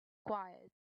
quiet